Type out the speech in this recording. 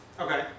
Okay